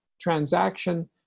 transaction